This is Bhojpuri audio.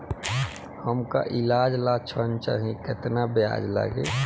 हमका ईलाज ला ऋण चाही केतना ब्याज लागी?